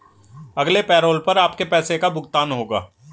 अगले पैरोल पर आपके पैसे का भुगतान होगा